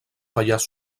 pallars